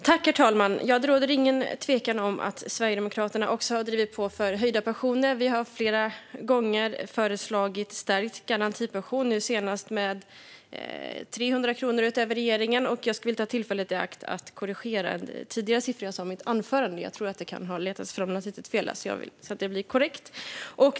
Herr talman! Det råder ingen tvekan om att Sverigedemokraterna också har drivit på för höjda pensioner. Vi har flera gånger föreslagit en stärkt garantipension, nu senast med 300 kronor utöver det som regeringen har föreslagit. Jag skulle vilja ta tillfället i akt att korrigera en siffra jag sa i mitt tidigare anförande. Jag tror att det kan ha letat sig in något litet fel där, så jag vill se till att det blir korrekt.